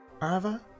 Arva